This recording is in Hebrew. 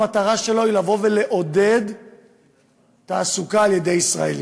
המטרה שלו היא לעודד תעסוקה של ישראלים,